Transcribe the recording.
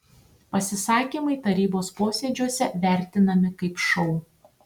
pasisakymai tarybos posėdžiuose vertinami kaip šou